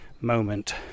moment